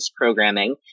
programming